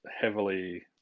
heavily